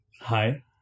Hi